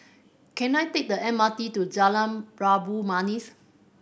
can I take the M R T to Jalan Labu Manis